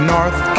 North